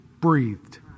breathed